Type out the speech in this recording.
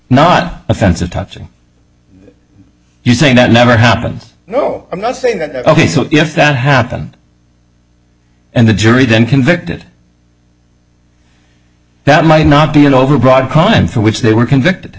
not offensive touching you saying that never happens no i'm not saying that if that happened and the jury then convicted that might not be an overbroad common for which they were convicted